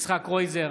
יצחק קרויזר,